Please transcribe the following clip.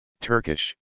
Turkish